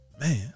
man